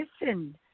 listen